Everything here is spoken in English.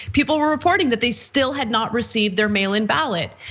people were reporting that they still had not received their mail-in ballot.